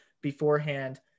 beforehand